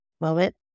moment